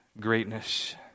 greatness